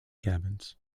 cabins